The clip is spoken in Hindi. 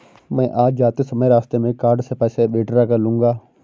मैं आज जाते समय रास्ते में कार्ड से पैसे विड्रा कर लूंगा